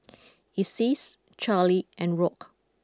Isis Charlie and Rock